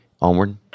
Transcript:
Onward